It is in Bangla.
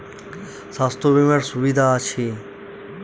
স্বাস্থ্য বিমার সুবিধা আছে?